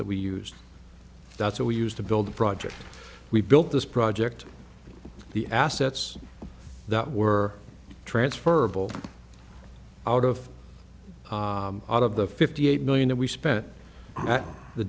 that we used that's what we used to build the project we built this project the assets that were transferable out of out of the fifty eight million that we spent the